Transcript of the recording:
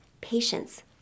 patience